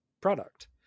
product